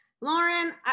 Lauren